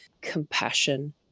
compassion